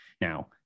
Now